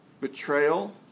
betrayal